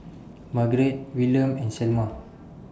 Margarett Willam and Selma